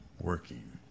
working